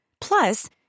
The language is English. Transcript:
Plus